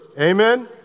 Amen